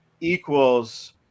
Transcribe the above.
equals